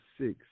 six